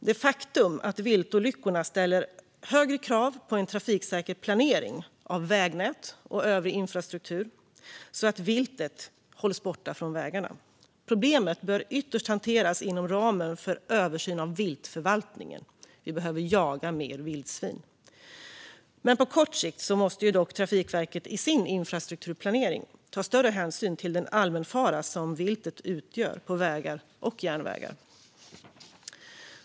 Det faktum att viltolyckorna ökar ställer högre krav på en trafiksäker planering av vägnät och övrig infrastruktur så att viltet hålls borta från vägarna. Problemet bör ytterst hanteras inom ramen för översynen av viltförvaltningen. Vi behöver jaga mer vildsvin. Men på kort sikt måste Trafikverket i sin infrastrukturplanering ta större hänsyn till den allmänfara som viltet utgör på vägar och järnvägar.